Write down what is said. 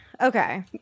okay